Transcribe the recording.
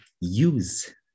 use